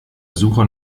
suche